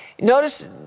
notice